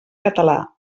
català